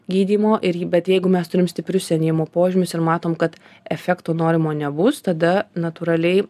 gydymo bet jeigu mes turim stiprius senėjimo požymius ir matom kad efekto norimo nebus tada natūraliai